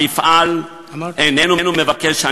המפעל איננו מבקש,